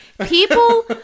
People